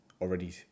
already